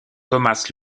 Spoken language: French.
thomas